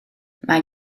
mae